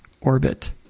orbit